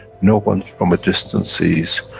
no one from a distance sees,